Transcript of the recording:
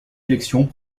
élections